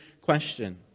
question